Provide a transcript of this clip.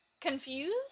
confused